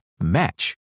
match